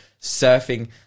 Surfing